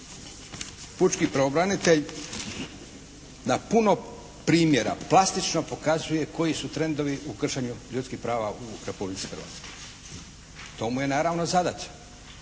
pučki pravobranitelj na puno primjera plastično pokazuje koji su trendovi u kršenju ljudskih prava u Republici Hrvatskoj, to mu je naravno zadaća.